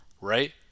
right